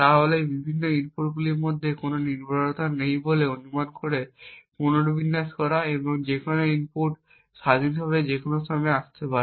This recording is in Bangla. তা হল এই বিভিন্ন ইনপুটগুলির মধ্যে কোনও নির্ভরতা নেই বলে অনুমান করে পুনর্বিন্যাস করা এবং যে কোনও ইনপুট স্বাধীনভাবে যে কোনও সময় আসতে পারে